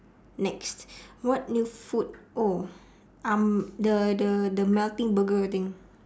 next what new food oh um the the the melting burger thing